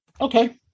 Okay